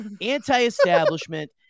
anti-establishment